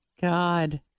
God